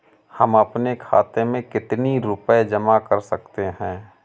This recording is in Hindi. हम अपने खाते में कितनी रूपए जमा कर सकते हैं?